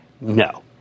No